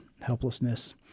helplessness